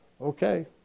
okay